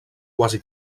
quasi